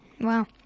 Wow